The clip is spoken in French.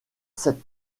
cette